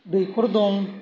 दैख'र दं